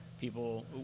People